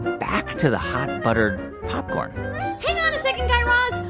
back to the hot buttered popcorn hang on a second, guy raz.